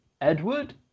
Edward